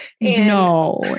No